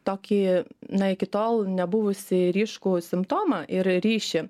tokį na iki tol nebuvusį ryškų simptomą ir ryšį